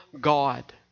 God